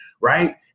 Right